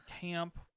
camp